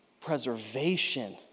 preservation